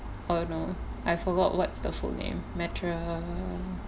oh no I forgot what's the full name metro~